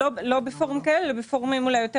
לא בפורומים כאלה אלא בפורומים אולי יותר